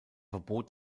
verbot